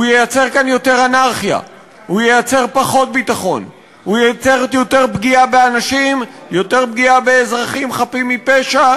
יותר נשק ברחובות זה יותר אפשרויות של אנשים לפגוע בנשק הזה,